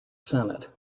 senate